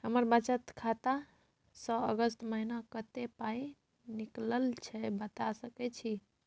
हमर बचत खाता स अगस्त महीना कत्ते पाई निकलल छै बता सके छि?